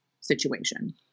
situation